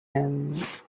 and